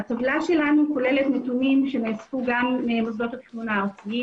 הטבלה שלנו כוללת נתונים שנאספו גם במוסדות התכנון הארציים,